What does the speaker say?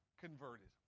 converted